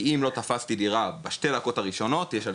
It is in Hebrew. כי אם לא תפסתי דירה בשתי הדקות הראשונות הפוסט יצבור